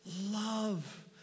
Love